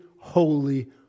holy